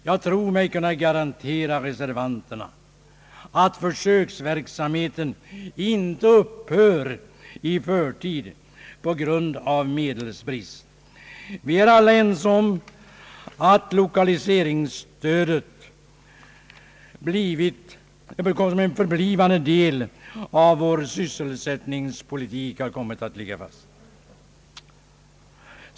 Jag tror mig kunna garantera reservanterna att försöksverksamheten inte upphör i förtid på grund av medelsbrist. Vi är alla ense om att lokaliseringsstödet kommer att förbli en del av vår sysselsättningspolitik.